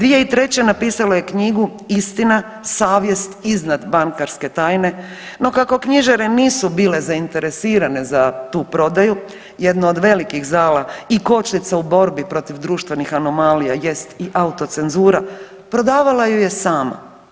2003. napisala je knjigu Istina, savjest iznad bankarske tajne no kako knjižare nisu bile zainteresirane za tu prodaju jedno od velikih zala i kočnica u borbi protiv društvenih anomalija jest i autocenzura prodavala ju je sama.